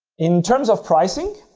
in terms of pricing,